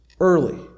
Early